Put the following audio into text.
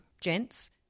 gents